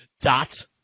dot